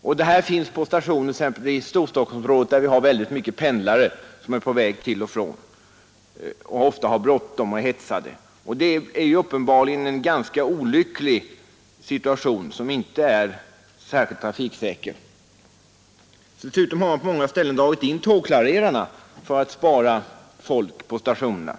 Sådana faror finns i Storstockholmsområdet, där vi har många pendlare på väg till och från sina arbeten. De har ofta bråttom och är hetsade. Uppenbarligen är detta en ganska olycklig situation som inte är särskilt trafiksäker. Dessutom har man på många ställen dragit in tågklarerarna för att spara personal på stationerna.